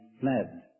fled